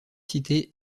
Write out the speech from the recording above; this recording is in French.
cité